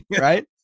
right